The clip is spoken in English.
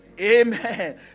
Amen